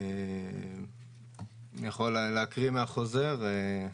אני יכול להקריא מהחוזר.